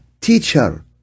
teacher